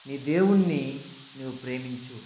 నీ దేవుణ్ణి నువు ప్రేమించు